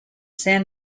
san